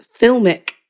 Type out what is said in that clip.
filmic